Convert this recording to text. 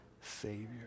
Savior